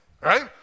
Right